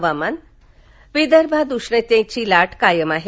हवामान विदर्भात उष्णतेची लाट कायम आहे